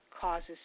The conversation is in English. causes